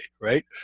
right